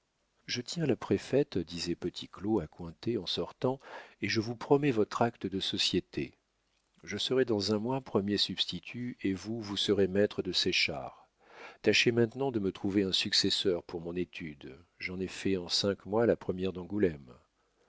je tiens la préfète disait petit claud à cointet en sortant et je vous promets votre acte de société je serai dans un mois premier substitut et vous vous serez maître de séchard tâchez maintenant de me trouver un successeur pour mon étude j'en ai fait en cinq mois la première d'angoulême